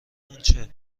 اونچه